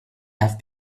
have